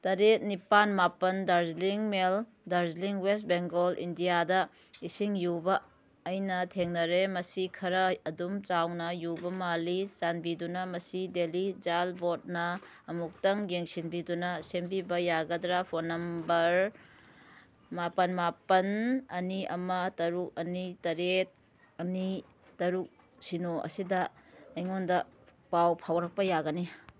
ꯇꯔꯦꯠ ꯅꯤꯄꯥꯟ ꯃꯥꯄꯟ ꯗꯥꯔꯖꯂꯤꯡ ꯃꯦꯜ ꯗꯥꯔꯖꯂꯤꯡ ꯋꯦꯁ ꯕꯦꯡꯒꯣꯜ ꯏꯟꯗꯤꯌꯥꯗ ꯏꯁꯤꯡ ꯌꯨꯕ ꯑꯩꯅ ꯊꯦꯡꯅꯔꯦ ꯃꯁꯤ ꯈꯔ ꯑꯗꯨꯝ ꯆꯥꯎꯅ ꯌꯨꯕ ꯃꯥꯜꯂꯤ ꯆꯥꯟꯕꯤꯗꯨꯅ ꯃꯁꯤ ꯗꯦꯜꯂꯤ ꯖꯥꯜ ꯕꯣꯔꯠꯅ ꯑꯃꯨꯛꯇꯪ ꯌꯦꯡꯁꯤꯟꯕꯤꯗꯨꯅ ꯁꯦꯝꯕꯤꯕ ꯌꯥꯒꯗ꯭ꯔꯥ ꯐꯣꯟ ꯅꯝꯕꯔ ꯃꯥꯄꯟ ꯃꯥꯄꯟ ꯑꯅꯤ ꯑꯃ ꯇꯔꯨꯛ ꯑꯅꯤ ꯇꯔꯦꯠ ꯑꯅꯤ ꯇꯔꯨꯛ ꯁꯤꯅꯣ ꯑꯁꯤꯗ ꯑꯩꯉꯣꯟꯗ ꯄꯥꯎ ꯐꯥꯎꯔꯛꯄ ꯌꯥꯒꯅꯤ